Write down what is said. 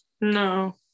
No